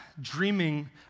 dreaming